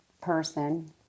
person